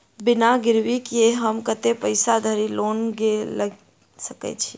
बिना गिरबी केँ हम कतेक पैसा धरि लोन गेल सकैत छी?